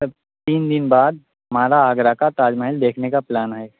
سر تین دن بعد ہمارا آگرہ کا تاج محل دیکھنے کا پلان ہے